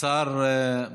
השר?